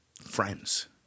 friends